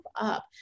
up